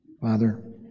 Father